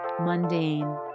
mundane